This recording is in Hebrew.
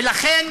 ולכן